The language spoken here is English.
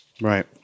Right